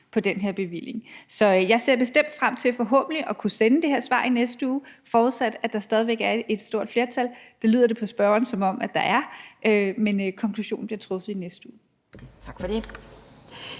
på den her bevilling. Så jeg ser bestemt frem til forhåbentlig at kunne sende det her svar i næste uge – forudsat at der stadig væk er et stort flertal. Det lyder det på spørgeren som om der er, men konklusionen bliver draget i næste uge. Kl.